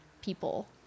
people